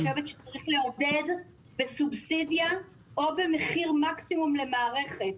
אני חושבת שצריך לעודד בסובסידיה או במחיר מקסימום למערכת